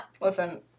Listen